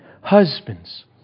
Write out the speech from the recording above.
Husbands